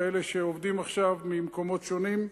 ולאלה שעובדים עכשיו ממקומות שונים,